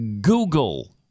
Google